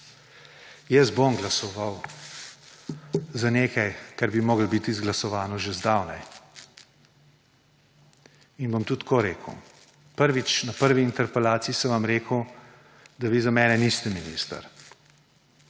Jaz bom glasoval za nekaj, kar bi moralo biti izglasovano že zdavnaj. In bom tudi tako rekel. Na prvi interpelaciji sem vam rekel, da vi za mene niste minister.